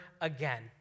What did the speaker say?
again